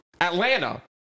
Atlanta